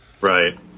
Right